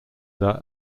their